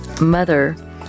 mother